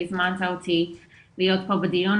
שהזמנת אותי להיות פה בדיון,